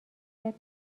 یاد